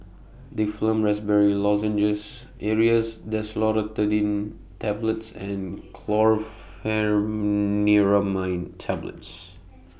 Difflam Raspberry Lozenges Aerius DesloratadineTablets and Chlorpheniramine Tablets